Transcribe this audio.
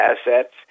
assets